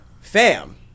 Fam